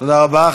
תודה רבה.